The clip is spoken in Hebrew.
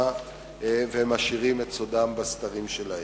והם משאירים את סודם בסתרים שלהם.